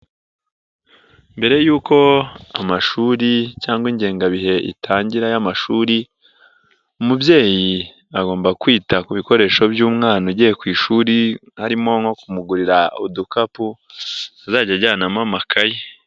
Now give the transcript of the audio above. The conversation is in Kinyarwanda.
Mbere y'uko amashuri cyangwa ingengabihe itangira y'amashuri, umubyeyi agomba kwita ku bikoresho by'umwana ugiye ku ishuri, harimo nko kumugurira udukapu azajya ajyanamo amakaye.